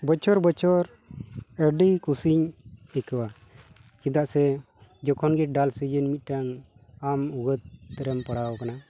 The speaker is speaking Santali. ᱵᱚᱪᱷᱚᱨ ᱵᱚᱪᱷᱚᱨ ᱟᱹᱰᱤ ᱠᱩᱥᱤᱧ ᱟᱹᱭᱠᱟᱹᱣᱟ ᱪᱮᱫᱟᱜ ᱥᱮ ᱡᱚᱠᱷᱚᱱ ᱜᱮ ᱰᱟᱞ ᱥᱤᱡᱤᱱ ᱢᱤᱫᱴᱟᱝ ᱟᱢ ᱨᱮᱢ ᱯᱟᱲᱟᱣ ᱟᱠᱟᱱᱟ